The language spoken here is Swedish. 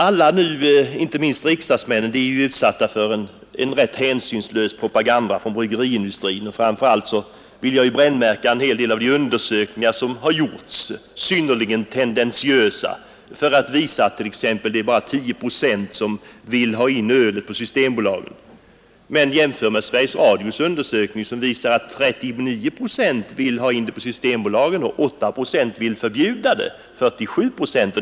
Alla, inte minst riksdagsmännen, är nu utsatta för en hänsynslös propaganda från bryggeriindustrin. Framför allt vill jag brännmärka en del av de synnerligen tendentiösa undersökningar som gjorts för att visa att det bara är 10 procent som vill ha in mellanölet på Systembolaget. En omfattande undersökning, utförd av Sveriges Radio, visar emellertid att 39 procent vill ha in mellanölet på Systembolaget och att 8 procent vill förbjuda mellanölet helt.